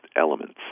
elements